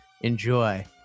enjoy